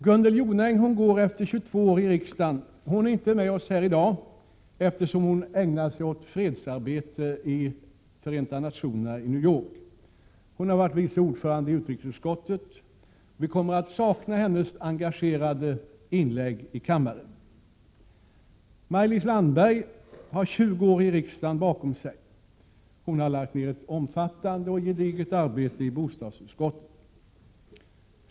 Gunnel Jonäng går efter 22 år i riksdagen. Hon är inte med oss här i dag, eftersom hon ägnar sig åt fredsarbete i Förenta nationerna i New York. Hon har varit vice ordförande i utrikesutskottet. Vi kommer att sakna hennes engagerade inlägg i kammaren. Maj-Lis Landberg har 20 år i riksdagen bakom sig. Hon har lagt ned ett omfattande och gediget arbete i bostadsutskottet.